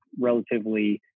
relatively